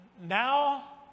Now